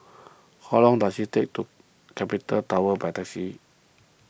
how long does it take to get to Capital Tower by taxi